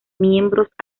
miembros